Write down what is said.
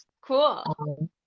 Cool